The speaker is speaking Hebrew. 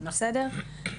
בסדר?